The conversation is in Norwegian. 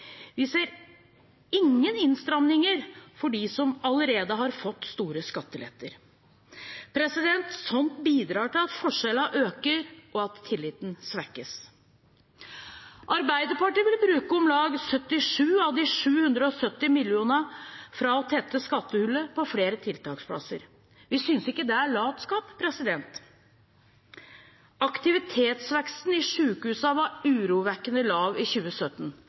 Vi ser ingen innstramninger for dem som allerede har fått store skatteletter. Sånt bidrar til at forskjellene øker, og at tilliten svekkes. Arbeiderpartiet vil bruke om lag 77 av de 770 millionene fra å tette skattehullet på flere tiltaksplasser. Vi synes ikke det er latskap. Aktivitetsveksten i sykehusene var urovekkende lav i 2017